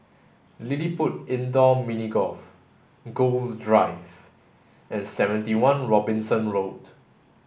LilliPutt Indoor Mini Golf Gul Drive and seventy one Robinson Road